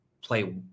play